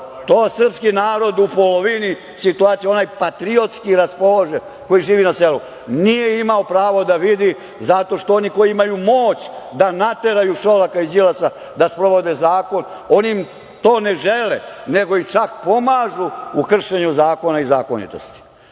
To srpski narod u polovini situacija, onaj patriotski raspoložen koji živi na selu, nije imao pravo da vidi zato što oni koji imaju moć da nateraju Šolaka i Đilasa da sprovode zakon oni to ne žele, nego im čak pomažu u kršenju zakona i zakonitosti. Ima